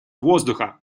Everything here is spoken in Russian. воздуха